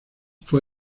fue